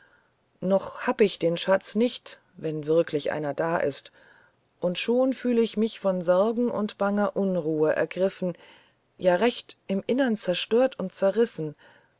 noch hab ich den schatz nicht wenn wirklich einer da ist und schon fühl ich mich von sorgen und banger unruhe ergriffen ja recht im innersten zerstört und zerrissen